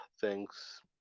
Thanks